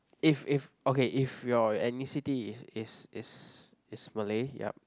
if if okay if your ethnicity is is is is Malay yup